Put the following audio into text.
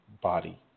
body